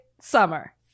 summer